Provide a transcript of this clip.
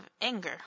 anger